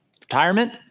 retirement